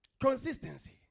Consistency